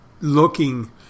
looking